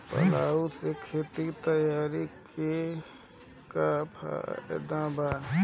Plough से खेत तैयारी के का फायदा बा?